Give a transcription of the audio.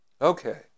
Okay